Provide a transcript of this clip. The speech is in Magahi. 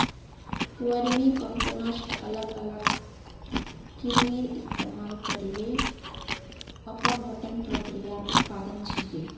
वर्मीकम्पोस्ट अलग अलग कृमिर इस्तमाल करे अपघटन प्रक्रियार उत्पाद छिके